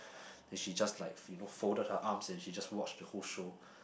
then she just like you know folded her arms and she just watch the whole show